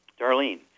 Darlene